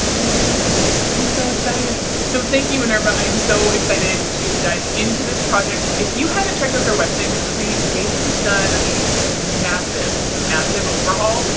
i'm so excited, i'm so excited. so thank you minerva! i'm so excited to dive into this project. if you haven't checked out their website recently they have just done a massive, massive overhaul.